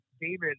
David